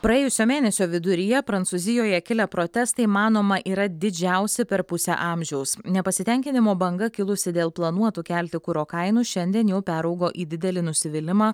praėjusio mėnesio viduryje prancūzijoje kilę protestai manoma yra didžiausi per pusę amžiaus nepasitenkinimo banga kilusi dėl planuotų kelti kuro kainų šiandien jau peraugo į didelį nusivylimą